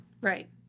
Right